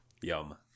Yum